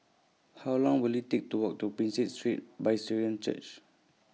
How Long Will IT Take to Walk to Prinsep Street Church